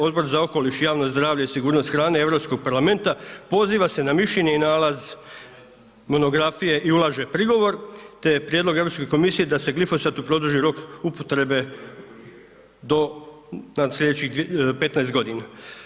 Odbor za okoliš, javno zdravlje i sigurnost hrane EU parlamenta poziva se na mišljenje i nalaz Monografije i ulaže prigovor te je prijedlog EU komisije da se glifosatu produži rok upotrebe do, na sljedećih 15 godina.